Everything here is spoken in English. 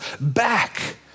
back